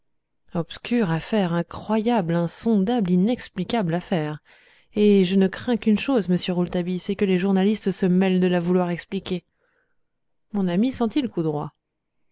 obscure affaire incroyable insondable inexplicable affaire et je ne crains qu'une chose monsieur rouletabille c'est que les journalistes se mêlent de la vouloir expliquer mon ami sentit le coup droit